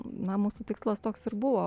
na mūsų tikslas toks ir buvo